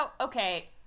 okay